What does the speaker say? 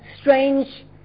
strange